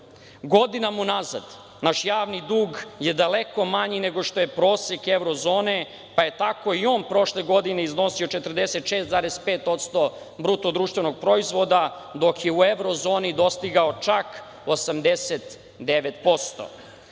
Godinama unazad, naš javni dug je daleko manji nego što je prosek evrozone, pa je tako i on prošle godine iznosio 44,5% BDP, dok je u evrozoni dostigao čak 89%.